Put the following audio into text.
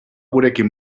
gurekin